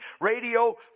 radio